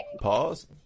Pause